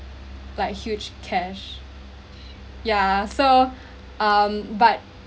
like huge cash yeah so um but